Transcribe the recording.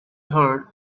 heard